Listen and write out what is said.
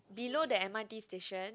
below the m_r_t station